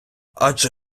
адже